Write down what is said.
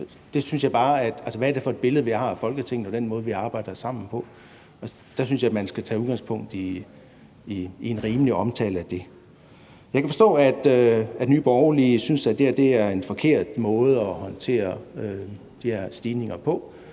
hvad det er for et billede, vi har af Folketinget, og den måde, vi arbejder sammen på. Der synes jeg, man skal tage udgangspunkt i en rimelig omtale af det. Jeg kan forstå, at Nye Borgerlige synes, at det her er en forkert måde at håndtere de her stigninger på.